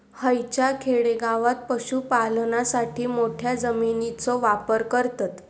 हयच्या खेडेगावात पशुपालनासाठी मोठ्या जमिनीचो वापर करतत